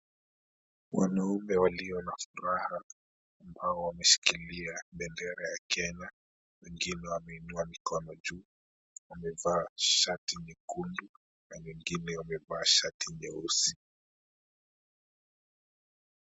Wanaume walio na furaha ambao wameshikilia bendera ya Kenya, wengine wameinua mikono juu, wamevaa shati nyekundu na wengine wamevaa shati nyeusi.